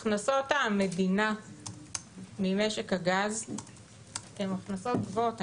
הכנסות המדינה ממשק הגז הן הכנסות גבוהות,